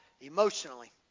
emotionally